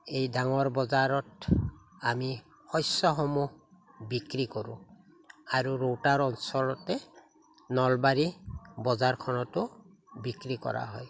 এই ডাঙৰ বজাৰত আমি শস্যসমূহ বিক্ৰী কৰোঁ আৰু ৰৌতাৰ অঞ্চলতে নলবাৰী বজাৰখনতো বিক্ৰী কৰা হয়